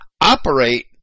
operate